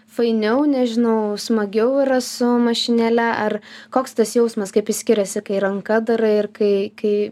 fainiau nežinau smagiau yra su mašinėle ar koks tas jausmas kaip jis skiriasi kai ranka darai ir kai kai